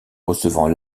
recevant